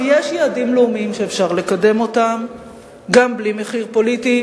יש יעדים לאומיים שאפשר לקדם אותם גם בלי מחיר פוליטי,